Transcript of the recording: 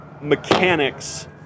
mechanics